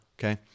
Okay